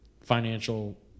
financial